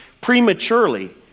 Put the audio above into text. prematurely